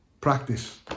practice